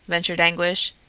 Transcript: ventured anguish,